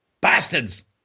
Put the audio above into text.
Bastards